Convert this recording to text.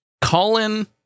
Colin